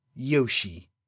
Yoshi